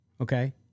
okay